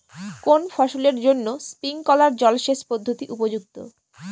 কোন ফসলের জন্য স্প্রিংকলার জলসেচ পদ্ধতি উপযুক্ত?